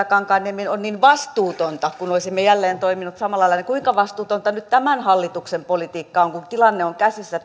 kankaanniemi on niin vastuutonta kun olisimme jälleen toimineet samalla lailla niin kuinka vastuutonta nyt tämän hallituksen politiikka on kun tilanne on käsissä